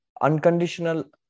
unconditional